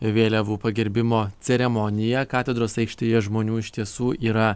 vėliavų pagerbimo ceremonija katedros aikštėje žmonių iš tiesų yra